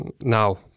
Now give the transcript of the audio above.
now